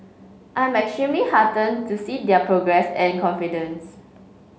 I am extremely heartened to see their progress and confidence